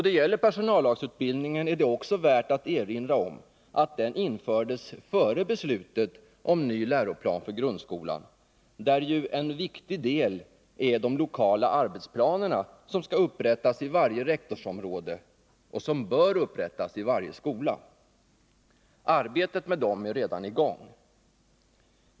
Beträffande personallagsutbildningen är det också värt att erinra om att den infördes före beslutet om ny läroplan för grundskolan, där en viktig del ju är de lokala arbetsplanerna som skall upprättas i varje rektorsområde och som bör upprättas i varje skola. Det arbetet är redan i gång.